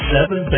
Seven